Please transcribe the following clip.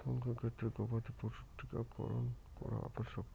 কোন কোন গবাদি পশুর টীকা করন করা আবশ্যক?